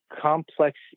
complex